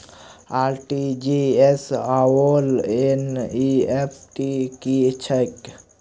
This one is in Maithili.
आर.टी.जी.एस आओर एन.ई.एफ.टी की छैक?